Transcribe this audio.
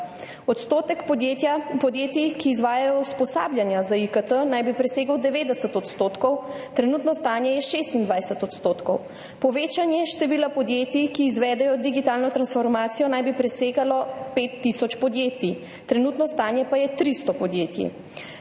odstotek podjetij, ki izvajajo usposabljanja za IKT, naj bi presegel 90 %, trenutno stanje je 26 %. Povečanje števila podjetij, ki izvedejo digitalno transformacijo, naj bi presegalo 5 tisoč podjetij, trenutno stanje pa je 300 podjetij.